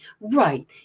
right